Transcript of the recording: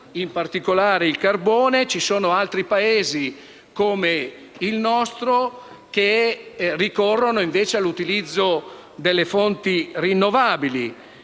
(in particolare, il carbone); ci sono poi altri Paesi, come il nostro, che ricorrono invece all'utilizzo di fonti rinnovabili